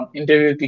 interview